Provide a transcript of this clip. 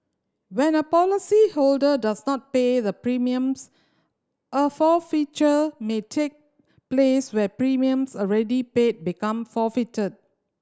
when a policyholder does not pay the premiums a forfeiture may take place where premiums already paid become forfeited